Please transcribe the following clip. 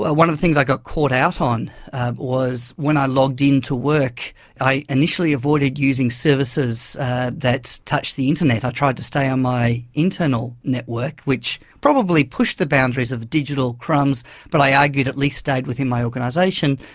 ah one of the things i got caught out on was when i logged in to work i initially avoided using services that touched the internet, i tried to stay on my internal network, which probably pushed the boundaries of digital crumbs but i argued at least stayed within my organisation.